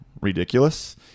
ridiculous